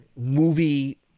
movie